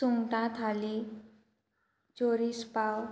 सुंगटां थाली चोरीस पांव